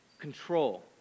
control